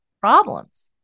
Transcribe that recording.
problems